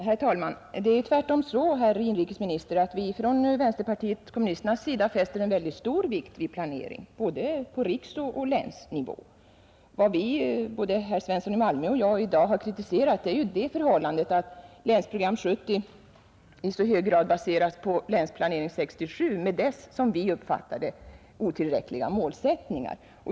Herr talman! Tvärtemot vad inrikesministern påstod så fäster vi från vänsterpartiet kommunisterna stor vikt vid planering, både på riksoch på länsnivå. Vad både herr Svensson i Malmö och jag i dag har kritiserat är ju det förhållandet att Länsprogram 1970 i så hög grad baseras på Länsplanering 1967 med dess, som vi uppfattar det, otillräckliga målsättningar.